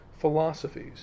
philosophies